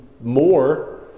more